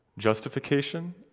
justification